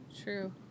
True